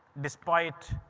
despite,